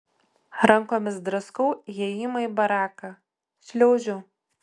rankomis draskau įėjimą į baraką šliaužiu